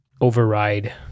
override